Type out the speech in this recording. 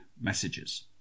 messages